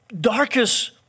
darkest